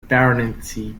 baronetcy